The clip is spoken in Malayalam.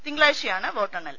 തിങ്കളാഴ്ചയാണ് വോട്ടെണ്ണൽ